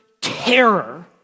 terror